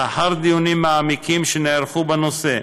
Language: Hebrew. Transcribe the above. לאחר דיונים מעמיקים שנערכו בנושא,